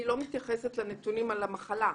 אני לא מתייחסת לנתונים על המחלה.